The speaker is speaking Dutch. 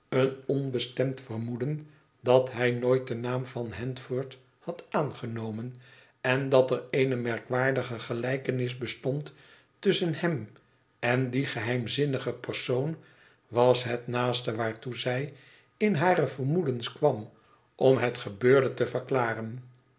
een onbestemd vermoeden dat hij nooit den naam van handford had aangenomen en dat er eene merkwaardige gelijkenis bestond tusschen hem en dien geheimzinnigen persoon was het naaste waartoe zij in hare vermoedens kwam om het gebeurde te verklaren